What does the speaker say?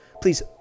please